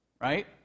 right